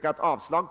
gått emot.